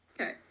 Okay